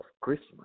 Christmas